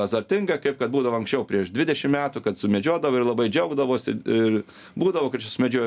azartinga kaip kad būdavo anksčiau prieš dvidešim metų kad sumedžiodavai ir labai džiaugdavosi ir būdavo kad sumedžiojai